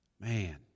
Man